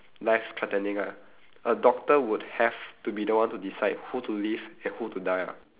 life threatening ah a doctor would have to be the one to decide who to live and who to die lah